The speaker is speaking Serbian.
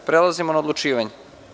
Prelazimo na odlučivanje.